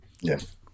Yes